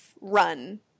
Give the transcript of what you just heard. run